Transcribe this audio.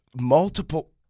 Multiple –